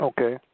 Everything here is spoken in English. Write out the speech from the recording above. Okay